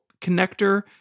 connector